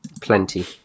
Plenty